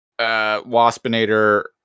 Waspinator